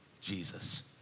Jesus